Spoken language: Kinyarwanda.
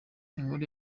inkuru